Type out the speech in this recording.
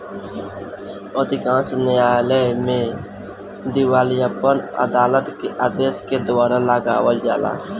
अधिकांश न्यायालय में दिवालियापन अदालत के आदेश के द्वारा लगावल जाला